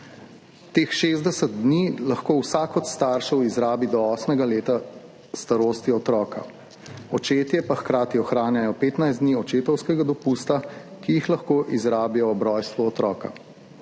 Teh 60 dni lahko vsak od staršev izrabi do 8. leta starosti otroka, očetje pa hkrati ohranjajo 15 dni očetovskega dopusta, ki jih lahko izrabijo ob rojstvu otroka.